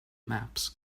maps